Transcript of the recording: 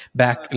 back